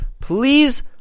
Please